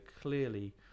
clearly